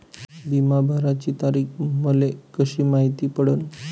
बिमा भराची तारीख मले कशी मायती पडन?